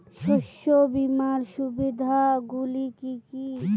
শস্য বীমার সুবিধা গুলি কি কি?